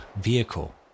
vehicle